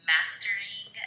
Mastering